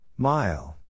Mile